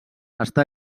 està